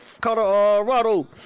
Colorado